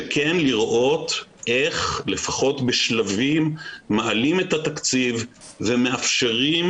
לראות איך לפחות בשלבים מעלים את התקציב ומאפשרים